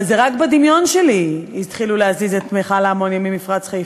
אבל רק בדמיון שלי התחילו להזיז את מכל האמוניה ממפרץ חיפה,